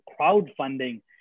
crowdfunding